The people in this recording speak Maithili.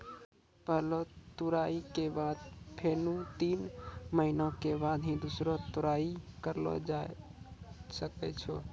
पहलो तुड़ाई के बाद फेनू तीन महीना के बाद ही दूसरो तुड़ाई करलो जाय ल सकै छो